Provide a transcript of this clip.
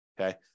okay